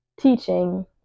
teaching